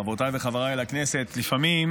חברותיי וחבריי לכנסת, לפעמים